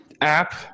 app